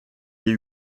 les